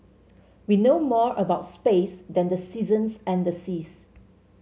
we know more about space than the seasons and the seas